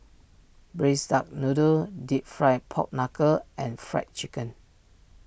Braised Duck Noodle Deep Fried Pork Knuckle and Fried Chicken